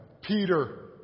Peter